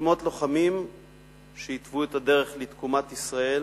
שמות הלוחמים שהתוו את הדרך לתקומת ישראל